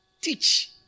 teach